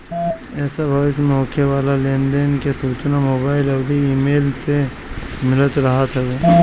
एसे भविष्य में होखे वाला लेन देन के सूचना मोबाईल अउरी इमेल से मिलत रहत हवे